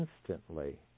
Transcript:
instantly